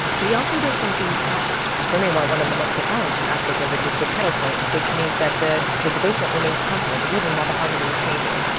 but he also does something else for me, one of the most profound aspects of this is the pedal point. which means that the the bass note remains constant even while the harmony is changing.